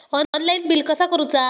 Online bill कसा करुचा?